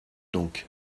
donc